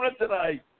tonight